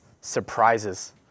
surprises